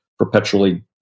perpetually